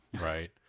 right